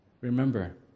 remember